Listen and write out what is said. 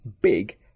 big